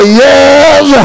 yes